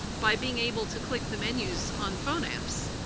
by being able to click the menus on phone apps.